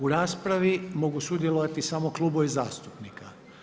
U raspravi mogu sudjelovati samo klubovi zastupnika.